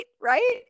Right